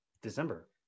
December